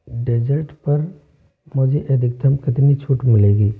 dessert पर मुझे अधिकतम कितनी छूट मिलेगी